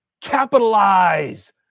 capitalize